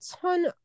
ton